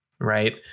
right